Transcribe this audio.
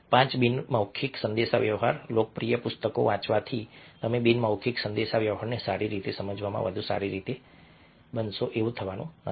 પાંચ બિનમૌખિક સંદેશાવ્યવહાર લોકપ્રિય પુસ્તકો વાંચવાથી તમે બિનમૌખિક સંદેશાવ્યવહારને સારી રીતે સમજવામાં વધુ સારી રીતે બનશો એવું થવાનું નથી